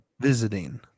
visiting